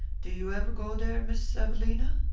do you ever go there, miss evelina?